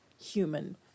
human